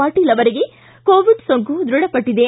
ಪಾಟೀಲ್ ಅವರಿಗೆ ಕೋವಿಡ್ ಸೋಂಕು ದೃಢಪಟ್ಟಿದೆ